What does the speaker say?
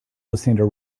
listening